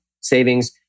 savings